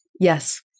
Yes